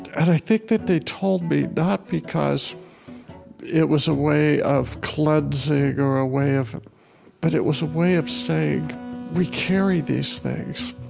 and i think that they told me not because it was a way of cleansing or a way of but it was a way of saying we carry these things.